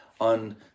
on